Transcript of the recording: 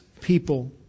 people